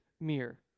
mirror